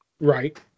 Right